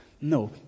No